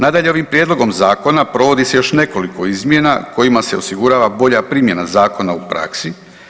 Nadalje, ovim prijedlogom zakona provodi se još nekoliko izmjena kojima se osigurava bolja primjena zakona u praksi.